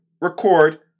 Record